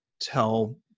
tell